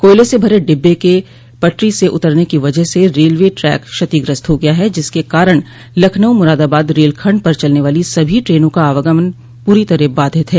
कोयले से भरे डिब्बों के पटरी से उतरने की वजह से रेलवे टैक क्षतिग्रस्त हो गया है जिसके कारण लखनऊ मुरादाबाद रेलखण्ड पर चलने वाली सभी ट्रेनो का आवागमन पूरी तरह बाधित है